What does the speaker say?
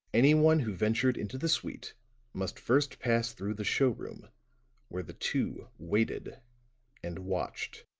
anyone who ventured into the suite must first pass through the showroom where the two waited and watched.